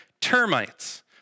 termites